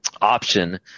option